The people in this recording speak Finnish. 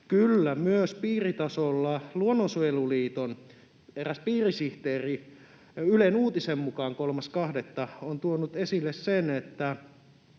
kyllä myös piiritasolla Luonnonsuojeluliiton eräs piirisihteeri Ylen uutisen mukaan 3.2. on tuonut esille sen, että